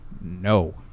no